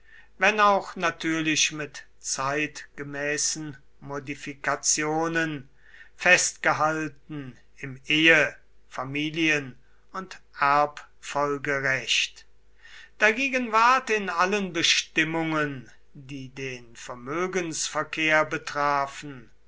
wenn auch natürlich mit zeitgemäßen modifikationen festgehalten im ehe familien und erbfolgerecht dagegen ward in allen bestimmungen die den vermögensverkehr betrafen